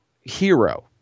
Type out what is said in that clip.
hero